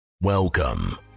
Welcome